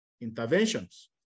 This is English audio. interventions